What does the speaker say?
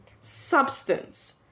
substance